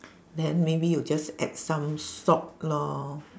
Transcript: then maybe you just add some salt lor